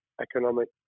Economic